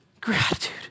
gratitude